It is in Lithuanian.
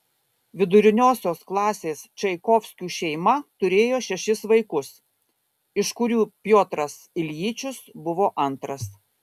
viduriniosios klasės čaikovskių šeima turėjo šešis vaikus iš kurių piotras iljičius buvo antras